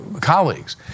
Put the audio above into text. colleagues